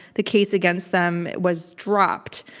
the case against them was dropped.